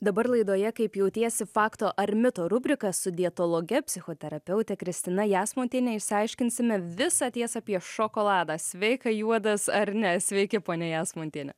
dabar laidoje kaip jautiesi fakto ar mito rubrika su dietologe psichoterapeute kristina jasmontiene išsiaiškinsime visą tiesą apie šokoladą sveika juodas ar ne sveiki ponia jasmontiene